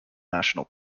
national